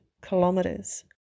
kilometers